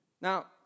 now